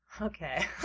Okay